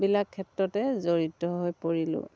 বিলাক ক্ষেত্ৰতে জড়িত হৈ পৰিলোঁ